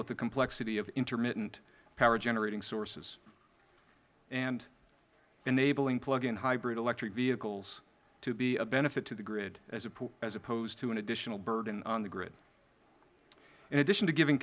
with the complexity of intermittent power generating sources and enabling plug in hybrid electric vehicles to be of benefit to the grid as opposed to an additional burden on the grid in addition to giving